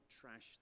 trash